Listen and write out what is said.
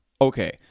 okay